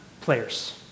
players